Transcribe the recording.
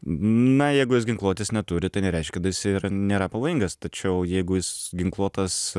na jeigu jis ginkluotės neturi tai nereiškia kad jisai yra nėra pavojingas tačiau jeigu jis ginkluotas